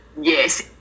Yes